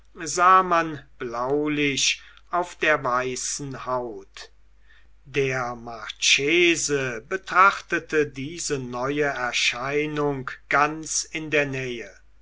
sah man blaulich auf der weißen haut der marchese betrachtete diese neue erscheinung ganz in der nähe